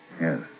Yes